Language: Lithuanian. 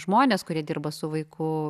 žmonės kurie dirba su vaiku